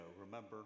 remember